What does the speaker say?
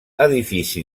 edifici